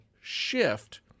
shift